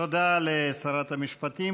תודה לשרת המשפטים.